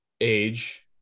age